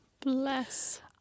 Bless